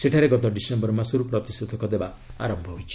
ସେଠାରେ ଗତ ଡିସେମ୍ବର ମାସରୁ ପ୍ରତିଷେଧକ ଦେବା ଆରମ୍ଭ ହୋଇଛି